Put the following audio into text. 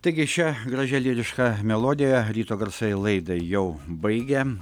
taigi šia gražia lyriška melodija ryto garsai laidą jau baigia